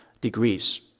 degrees